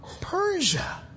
Persia